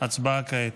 הצבעה כעת.